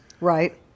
Right